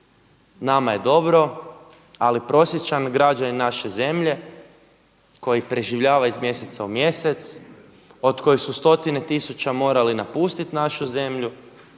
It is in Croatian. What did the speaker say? nama je dobro, ali prosječan građanin naše zemlje koji preživljava iz mjeseca u mjesec, od kojih su stotine tisuća morale napustiti našu zemlju